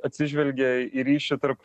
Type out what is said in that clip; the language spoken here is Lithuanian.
atsižvelgia į ryšį tarp